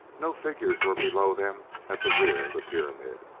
no figures were below them at the rear of the pyramid,